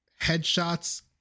headshots